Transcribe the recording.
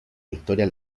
victoria